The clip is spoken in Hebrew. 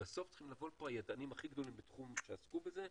בסוף צריכים לבוא לפה הידענים הכי גדולים בתחום שעסקו בזה,